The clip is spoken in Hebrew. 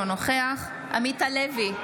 אינו נוכח עמית הלוי,